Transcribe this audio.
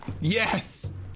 yes